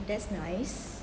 that's nice